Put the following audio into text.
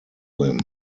muslim